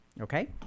okay